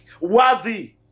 Worthy